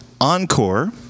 encore